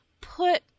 put